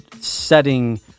setting